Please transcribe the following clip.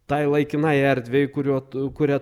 tai laikinai erdvei kuriuo tu kuria